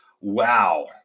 Wow